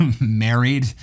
Married